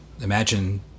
imagine